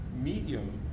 medium